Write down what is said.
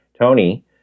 Tony